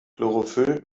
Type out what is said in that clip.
chlorophyll